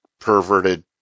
perverted